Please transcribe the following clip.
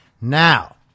Now